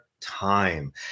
time